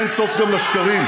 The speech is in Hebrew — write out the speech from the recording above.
אין סוף גם לשקרים.